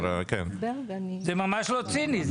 זה ממש לא ציני.